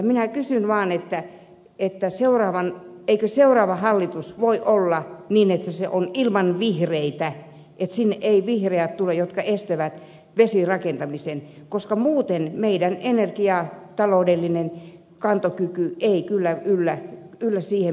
minä kysyn vaan eikö seuraava hallitus voisi olla sellainen että se on ilman vihreitä että sinne eivät vihreät tule jotka estävät vesirakentamisen koska muuten meidän energiataloudellinen kantokykymme ei kyllä yllä siihen mihin sen pitäisi yltää